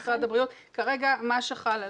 כרגע מה שחל עלינו,